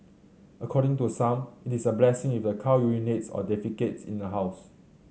according to some it is a blessing if the cow urinates or defecates in the house